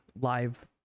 live